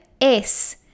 es